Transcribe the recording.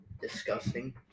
disgusting